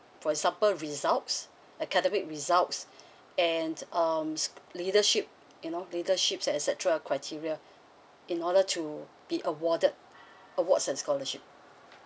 for example results academic results and um leadership you know leadership et cetera criteria in order to be awarded awards and scholarship